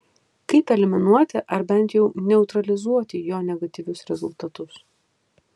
kaip eliminuoti arba bent jau neutralizuoti jo negatyvius rezultatus